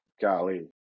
golly